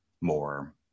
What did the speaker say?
more